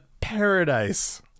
paradise